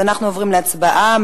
אנחנו עוברים להצבעה.